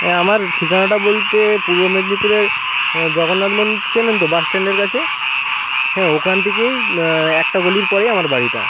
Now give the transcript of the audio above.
হ্যাঁ আমার ঠিকানাটা বলতে পূর্ব মেদিনীপুরের জগন্নাথ মন্দির চেনেন তো বাসস্ট্যাণ্ডের কাছে হ্যাঁ ওখান থেকেই একটা গলির পরেই আমার বাড়িটা